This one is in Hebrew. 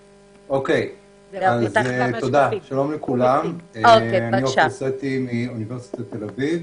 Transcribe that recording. קידום המשכיות תעסוקה בעת משבר.) אני עופר סטי מאוניברסיטת תל-אביב,